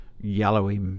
yellowy